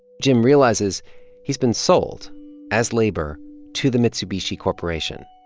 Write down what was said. jim realizes he's been sold as labor to the mitsubishi corporation.